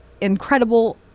incredible